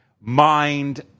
Mind